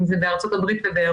אם זה בארצות הברית ובאירופה,